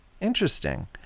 Interesting